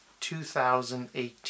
2018